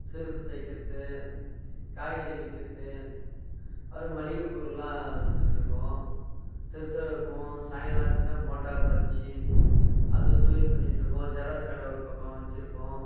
செருப்பு தைக்கிறது காய்கறி விற்கிறது அப்புறம் மளிகைப்பொருள்லாம் விற்றுட்டு இருக்கோம் தெரு தெருவாக போவோம் சாய்ங்காலம் ஆச்சுனா போண்டா பஜ்ஜி அது தொழில் பண்ணிட்டு இருக்கோம் ஜெராக்ஸ் கடை ஒரு பக்கம் வச்சிருக்கோம்